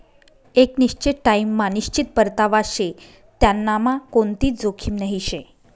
एक निश्चित टाइम मा निश्चित परतावा शे त्यांनामा कोणतीच जोखीम नही शे